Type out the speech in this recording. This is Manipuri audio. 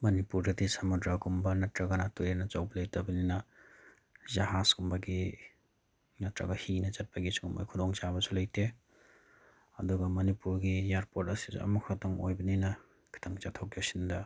ꯃꯅꯤꯄꯨꯔꯗꯗꯤ ꯁꯃꯨꯗ꯭ꯔꯒꯨꯝꯕ ꯅꯠꯇ꯭ꯔꯒꯅ ꯇꯨꯔꯦꯜ ꯑꯆꯧꯕ ꯂꯩꯇꯕꯅꯤꯅ ꯖꯍꯥꯖ ꯀꯨꯝꯕꯒꯤ ꯅꯠꯇ꯭ꯔꯒ ꯍꯤꯅ ꯆꯠꯄꯒꯤ ꯁꯤꯒꯨꯝꯕꯒꯤ ꯈꯨꯗꯣꯡ ꯆꯥꯕꯁꯨ ꯂꯩꯇꯦ ꯑꯗꯨꯒ ꯃꯅꯤꯄꯨꯔꯒꯤ ꯏꯌꯥꯔꯄꯣꯠ ꯑꯁꯤꯁꯨ ꯑꯃꯈꯛꯇꯪ ꯑꯣꯏꯕꯅꯤꯅ ꯈꯤꯇꯪ ꯆꯠꯊꯣꯛ ꯆꯠꯁꯤꯟꯗ